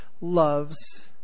loves